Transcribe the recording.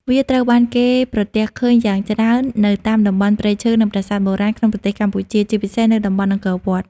វាត្រូវបានគេប្រទះឃើញយ៉ាងច្រើននៅតាមតំបន់ព្រៃឈើ និងប្រាសាទបុរាណក្នុងប្រទេសកម្ពុជា ជាពិសេសនៅតំបន់អង្គរវត្ត។